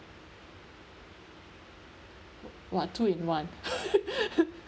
!wah! two in one